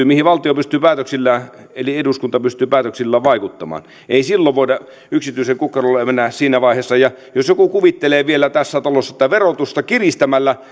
mihin valtio eli eduskunta pystyy päätöksillään vaikuttamaan ei siinä vaiheessa voida yksityisen kukkarolle mennä ja jos joku tässä talossa vielä kuvittelee että verotusta kiristämällä